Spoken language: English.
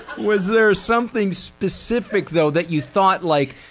was there something specific though that you thought, like,